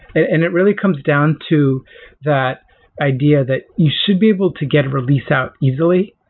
and it really comes down to that idea that you should be able to get release out easily.